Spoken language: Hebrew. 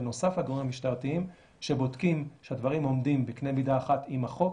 בנוסף לגורמים המשטרתיים שבודקים שהדברים עומדים בקנה מידה אחד עם החוק,